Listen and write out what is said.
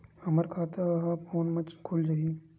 हमर खाता ह फोन मा खुल जाही?